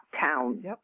town